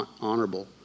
honorable